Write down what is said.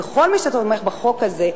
וכל מי שתומך בחוק זה,